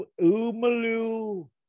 Umalu